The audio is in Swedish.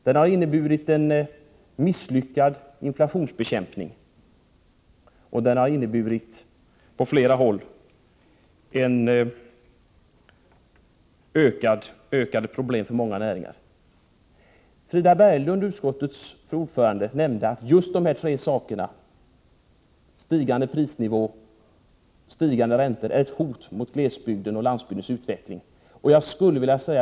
Den har inneburit att inflationsbekämpningen misslyckats och att det på flera håll skapats ökade problem för många näringar. Frida Berglund, utskottets ordförande, nämnde att just dessa saker — stigande prisnivå och stigande räntor — är ett hot mot glesbygdens och landsbygdens utveckling.